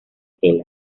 tela